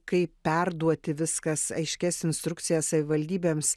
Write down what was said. kaip perduoti viskas aiškias instrukcijas savivaldybėms